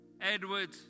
Edward